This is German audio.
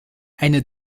eine